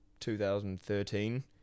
2013